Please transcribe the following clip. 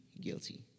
guilty